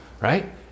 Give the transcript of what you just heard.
right